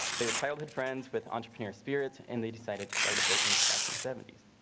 they were childhood friends with entrepreneur spirits and they decided to start a business. back in the seventy s.